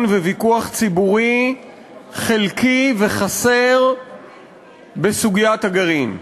וויכוח ציבורי חלקי וחסר בסוגיית הגרעין.